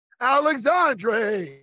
Alexandre